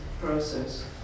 process